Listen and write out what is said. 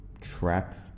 Trap